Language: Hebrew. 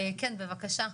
כן, בבקשה.